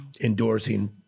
endorsing